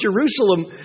Jerusalem